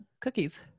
cookies